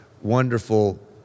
wonderful